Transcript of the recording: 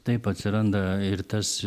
taip atsiranda ir tas